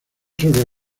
sobre